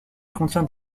contient